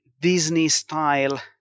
Disney-style